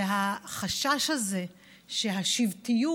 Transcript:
זה החשש הזה שהשבטיות,